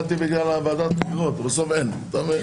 ולכן אני בא ואומר גם כאן: